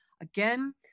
Again